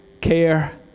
care